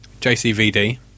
JCVD